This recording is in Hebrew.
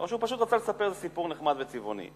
או שהוא רצה לספר סיפור נחמד וצבעוני?